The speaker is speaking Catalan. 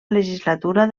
legislatura